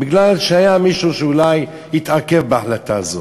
מפני שהיה מישהו שאולי התעכב בהחלטה הזו.